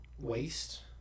waste